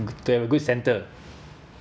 to have a good centre